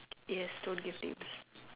yes don't give names